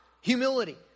Humility